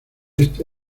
este